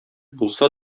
булса